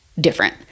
different